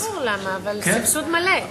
לי ברור למה, אבל סבסוד מלא.